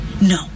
no